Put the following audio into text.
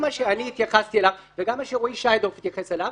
גם מה שאני התייחסתי אליו וגם מה שרועי שיינדורף התייחס אליו